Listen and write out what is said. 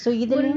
so you don't